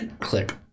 Click